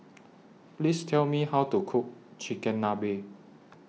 Please Tell Me How to Cook Chigenabe